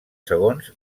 segons